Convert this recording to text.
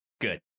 Good